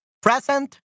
present